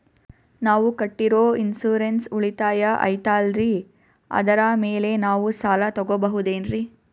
ನಾವು ಕಟ್ಟಿರೋ ಇನ್ಸೂರೆನ್ಸ್ ಉಳಿತಾಯ ಐತಾಲ್ರಿ ಅದರ ಮೇಲೆ ನಾವು ಸಾಲ ತಗೋಬಹುದೇನ್ರಿ?